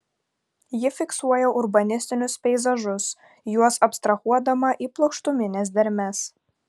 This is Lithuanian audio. ji fiksuoja urbanistinius peizažus juos abstrahuodama į plokštumines dermes